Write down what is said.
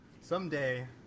someday